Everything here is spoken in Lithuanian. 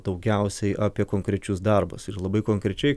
daugiausiai apie konkrečius darbus ir labai konkrečiai